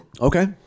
Okay